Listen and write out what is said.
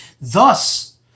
Thus